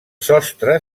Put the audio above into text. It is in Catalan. sostre